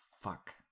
fuck